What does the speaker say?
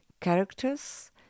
characters